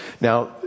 Now